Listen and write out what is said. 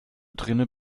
drinnen